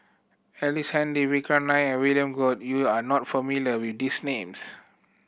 Ellice Handy Vikram Nair and William Goode you are not familiar with these names